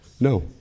no